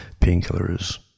painkillers